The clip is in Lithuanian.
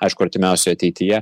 aišku artimiausioje ateityje